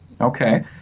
Okay